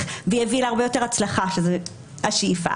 ויביא להרבה יותר הצלחה שזו השאיפה